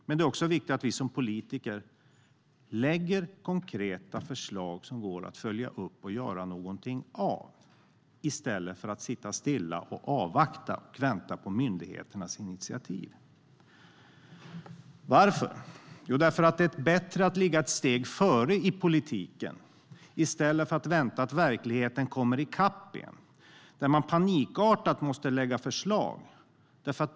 Men det är även viktigt att vi som politiker lägger fram konkreta förslag som går att följa upp och göra någonting av, i stället för att sitta stilla, avvakta och vänta på myndigheternas initiativ. Varför? Jo, därför att det är bättre att ligga ett steg före i politiken i stället för att vänta på att verkligheten ska komma i kapp en och man panikartat måste lägga fram förslag.